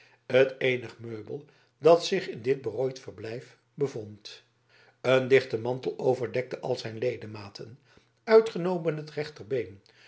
het eenig meubel dat zich in dit berooid verblijf bevond een dichte mantel overdekte al zijn ledematen uitgenomen het rechterbeen